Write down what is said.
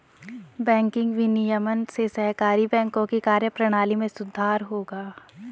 banking विनियमन से सहकारी बैंकों की कार्यप्रणाली में सुधार होगा